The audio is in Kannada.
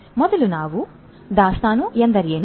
ಆದ್ದರಿಂದ ಮೊದಲು ನಾವು ದಾಸ್ತಾನು ಎಂದರೇನು